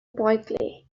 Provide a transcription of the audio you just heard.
brightly